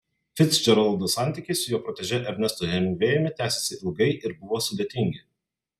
ficdžeraldo santykiai su jo protežė ernestu hemingvėjumi tęsėsi ilgai ir buvo sudėtingi